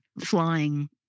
flying